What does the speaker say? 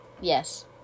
Yes